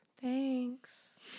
Thanks